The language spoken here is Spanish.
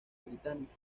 británica